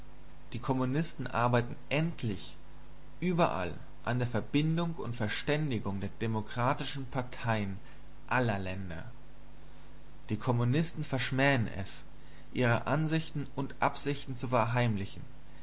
die kommunisten arbeiten endlich überall an der verbindung und verständigung der demokratischen parteien aller länder die kommunisten verschmähen es ihre ansichten und absichten zu verheimlichen